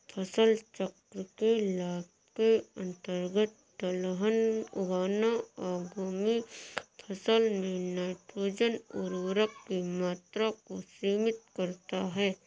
फसल चक्र के लाभ के अंतर्गत दलहन उगाना आगामी फसल में नाइट्रोजन उर्वरक की मात्रा को सीमित करता है